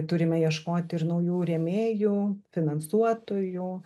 turime ieškoti ir naujų rėmėjų finansuotojų